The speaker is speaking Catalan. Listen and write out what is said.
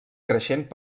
creixent